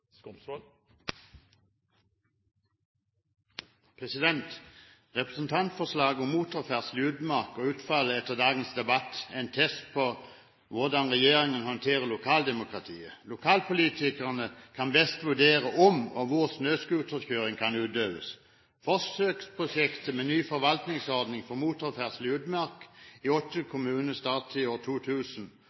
fjorden. Representantforslaget om motorferdsel i utmark, og utfallet av dagens debatt, er en test på hvordan regjeringen håndterer lokaldemokratiet. Lokalpolitikerne kan best vurdere om og hvor snøscooterkjøring kan utøves. Forsøksprosjektet med ny forvaltningsordning for motorferdsel i utmark i åtte kommuner startet i 2000